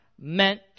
meant